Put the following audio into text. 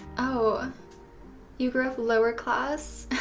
oh you grew up lower class?